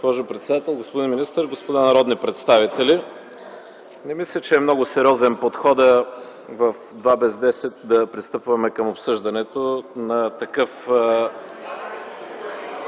господин министър, господа народни представители! Не мисля, че е много сериозен подходът в 14 без 10 да пристъпваме към обсъждането на такъв